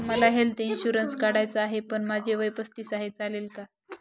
मला health insurance काढायचा आहे पण माझे वय पस्तीस आहे, चालेल का?